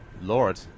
Lord